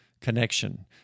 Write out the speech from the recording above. connection